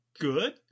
good